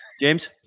James